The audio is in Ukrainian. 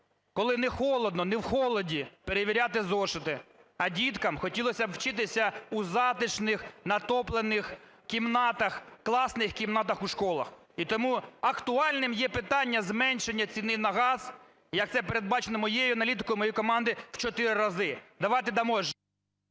коли не холодно, не в холоді перевіряти зошити, а діткам хотілося б вчитися у затишних, натоплених кімнатах, класних кімнатах у школах. І тому актуальним є питання зменшення ціни на газ, як це передбачено моєю аналітикою моєї команди, в 4 рази. ГОЛОВУЮЧИЙ.